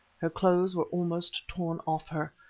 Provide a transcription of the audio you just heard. her clothes were almost torn off her,